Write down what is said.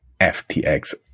FTX